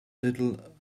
little